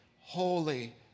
holy